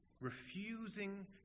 refusing